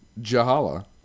Jahala